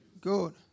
Good